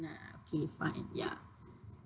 okay fine ya